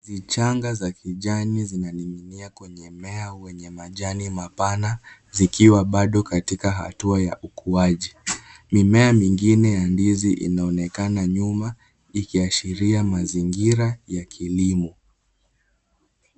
Vichanga za kijani zimeninginia kwenye mmea wenye majani mapana zikiwa bado kwa hatua ya ukuaji mimea mingine ya ndizi inaonekana nyuma ikiashiria mazingira ya kilimo.